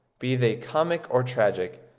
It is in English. be they comic or tragic,